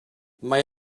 mae